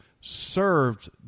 served